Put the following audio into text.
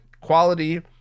quality